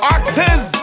Axes